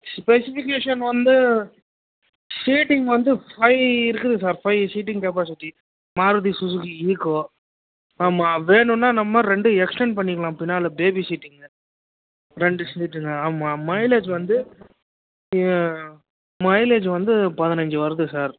specification வந்து seating வந்து five இருக்குது sir five seating capacity Maruti Suzuki Eeco ஆமாம் வேணுன்னால் நம்ம ரெண்டு எக்ஸ்டன்ட் பண்ணிக்கிலாம் பின்னால் பேபி சீட்டிங்கு ரெண்டு சீட்டுங்க ஆமாம் மைலேஜ் வந்து மைலேஜ் வந்து பதினஞ்சு வருது சார்